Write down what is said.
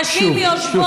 הנשים, שוב, שוב.